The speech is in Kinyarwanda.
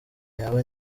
yaba